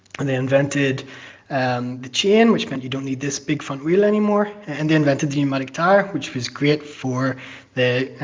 and they invented and the chain, which meant you don't need this big front wheel anymore. and they invented the pneumatic tire, which was great for the